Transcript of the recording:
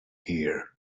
hear